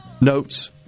notes